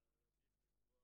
שאמרנו,